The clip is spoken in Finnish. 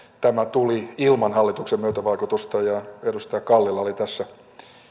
tämä tuli ilman hallituksen myötävaikutusta ja että edustaja kallilla oli tässä